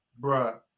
bruh